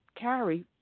carry